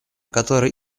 который